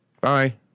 Bye